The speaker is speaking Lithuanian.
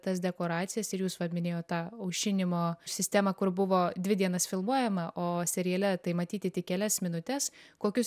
tas dekoracijas ir jūs va minėjot tą aušinimo sistemą kur buvo dvi dienas filmuojama o seriale tai matyti tik kelias minutes kokius